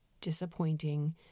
disappointing